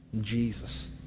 Jesus